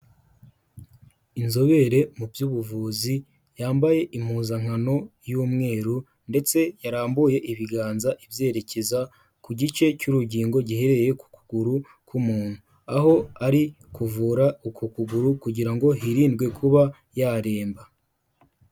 Inzobere mu by'ubuvuzi yambaye impuzankano y'umweru ndetse yarambuye ibiganza ibyerekeza ku gice cy'urugingo giherereye ku kuguru k'umuntu aho ari kuvura uku kuguru kugira ngo hirindwe kuba yaremba.